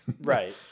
Right